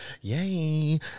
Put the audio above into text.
yay